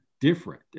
different